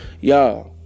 Y'all